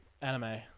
anime